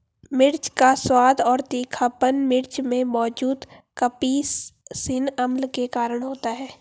मिर्च का स्वाद और तीखापन मिर्च में मौजूद कप्सिसिन अम्ल के कारण होता है